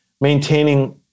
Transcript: maintaining